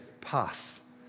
pass